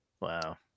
Wow